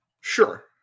Sure